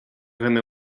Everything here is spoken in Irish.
dhuine